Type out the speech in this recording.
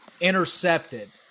intercepted